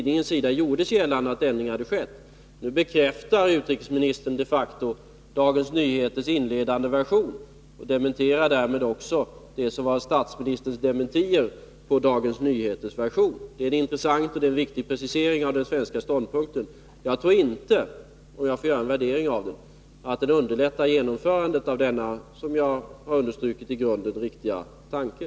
Nu bekräftar utrikesministern de facto Dagens Nyheters inledande version och dementerar därmed statsministerns dementier av Dagens Nyheters version. Det är intressant, och det är en viktig precisering av den svenska ståndpunkten. Jag tror inte — om jag får göra en värdering av det — att det underlättar genomförandet av denna, som jag har understrukit, i grunden riktiga tanke.